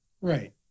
right